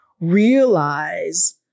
realize